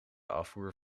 afvoer